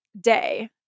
day